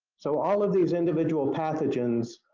so, all of these individual pathogens,